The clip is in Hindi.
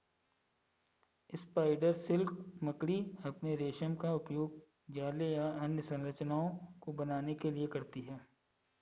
स्पाइडर सिल्क मकड़ी अपने रेशम का उपयोग जाले या अन्य संरचनाओं को बनाने के लिए करती हैं